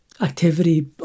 activity